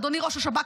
אדוני ראש השב"כ,